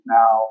now